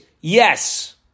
yes